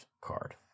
card